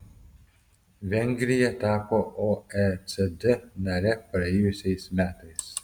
vengrija tapo oecd nare praėjusiais metais